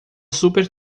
super